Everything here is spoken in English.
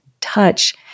touch